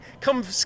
Come